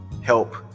help